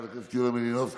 חברת הכנסת יוליה מלינובסקי,